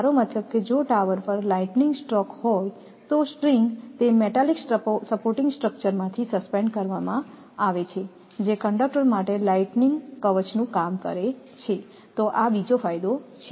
મારો મતલબ કે જો ટાવર પર લાઈટનિંગ સ્ટ્રોક હોય તો સ્ટ્રિંગ તે મેટાલિક સપોર્ટિંગ સ્ટ્રક્ચરમાંથી સસ્પેન્ડ કરવામાં આવે છે જે કંડક્ટર માટે લાઈટનિંગ કવચનું કામ કરે છે તો આ બીજો ફાયદો છે